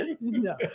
No